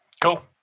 Cool